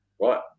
right